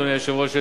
אדוני היושב-ראש,